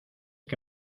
que